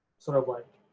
sort of like,